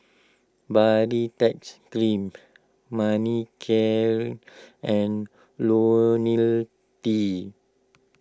Baritex Cream Manicare and Lonil T